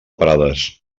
prades